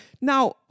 Now